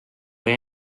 või